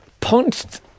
punched